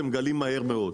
אתם מגלים מהר מאוד.